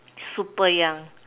super young